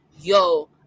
yo